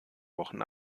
wochen